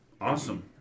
Awesome